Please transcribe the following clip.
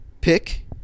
Pick